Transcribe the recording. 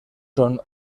son